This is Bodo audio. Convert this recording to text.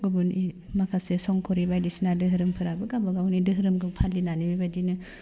गुबुन माखासे संकरि बायदिसिना दोहोरोमफ्राबो गावबागावनि दोहोरोमखौ फालिनानै बे बायदिनो